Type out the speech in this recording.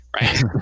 right